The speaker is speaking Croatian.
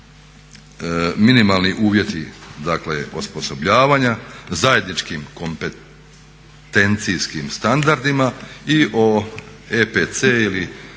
minimalni uvjeti osposobljavanja zajedničkim kompetencijskim standardima i o EPC ili